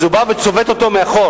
אז הוא בא וצובט אותו מאחור,